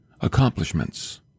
accomplishments